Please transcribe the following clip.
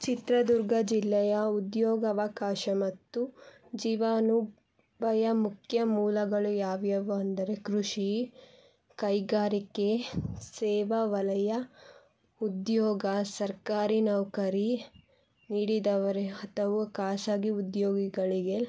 ಚಿತ್ರದುರ್ಗ ಜಿಲ್ಲೆಯ ಉದ್ಯೋಗವಕಾಶ ಮತ್ತು ಜೀವನು ಬಯ ಮುಖ್ಯ ಮೂಲಗಳು ಯಾವ್ಯಾವು ಅಂದರೆ ಕೃಷಿ ಕೈಗಾರಿಕೆ ಸೇವಾ ವಲಯ ಉದ್ಯೋಗ ಸರ್ಕಾರಿ ನೌಕರಿ ನೀಡಿದವರು ಅಥವಾ ಖಾಸಗಿ ಉದ್ಯೋಗಿಗಳಿಗೆ